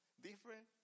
different